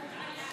תודה.